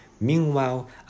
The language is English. Meanwhile